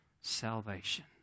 salvation